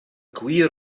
gwir